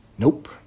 Nope